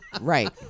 Right